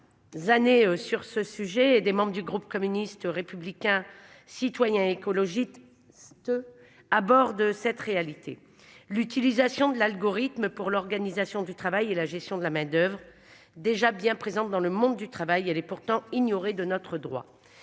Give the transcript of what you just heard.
des membres du groupe communiste, républicain, citoyen et écologiste. À bord de cette réalité. L'utilisation de l'algorithme pour l'organisation du travail et la gestion de la main-d'oeuvre déjà bien présentes dans le monde du travail. Elle est pourtant ignorée de notre droit.